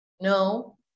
No